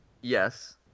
Yes